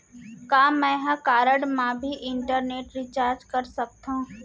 का मैं ह कारड मा भी इंटरनेट रिचार्ज कर सकथो